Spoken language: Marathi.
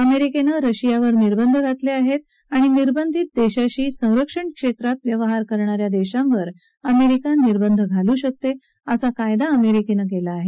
अमेरिकेनं रशियावर निर्बंध घातलेले आहेत आणि निर्बंधित देशाशी संरक्षण क्षेत्रात व्यवहार करणा या देशांवर अमेरिका निर्बंध घालू शकते असा कायदा अमेरिकेनं केला आहे